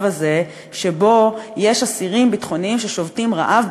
הזה שיש אסירים ביטחוניים ששובתים רעב,